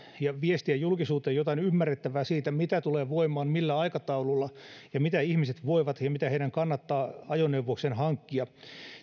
ja viestiä julkisuuteen jotain ymmärrettävää siitä mitä tulee voimaan millä aikataululla ja mitä ihmiset voivat ja mitä heidän kannattaa ajoneuvokseen hankkia